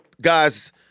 guys